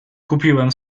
kupiłem